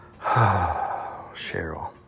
Cheryl